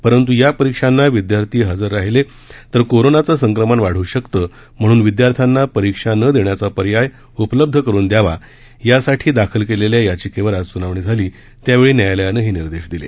परंतु या परिक्षांना विद्यार्थी हजर राहिल्यास कोरोनाचं संक्रमण वाढू शकतं म्हणून विद्यार्थ्यांना परिक्षा न देण्याचा पर्याय उपलब्ध करुन द्यावा यासाठी दाखल केलेल्या याचिकेवर आज सुनावणी झाली त्यावेळी न्यायालयाने हे निर्देश दिले